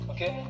Okay